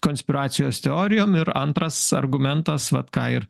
konspiracijos teorijom ir antras argumentas vat ką ir